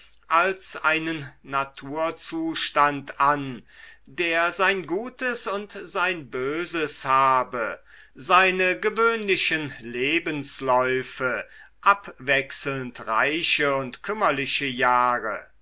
als einen naturzustand an der sein gutes und sein böses habe seine gewöhnlichen lebensläufe abwechselnd reiche und kümmerliche jahre